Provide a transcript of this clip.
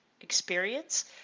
experience